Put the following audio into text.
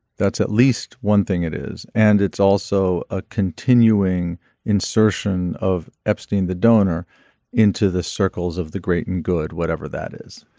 that's at least one thing it is. and it's also a continuing insertion of epstein the donor into the circles of the great and good whatever that is.